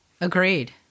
Agreed